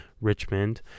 Richmond